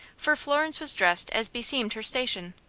for florence was dressed as beseemed her station,